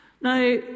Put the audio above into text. now